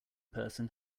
person